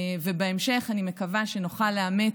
בהמשך אני מקווה שנוכל לאמץ,